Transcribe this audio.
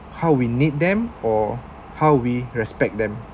how we need them or how we respect them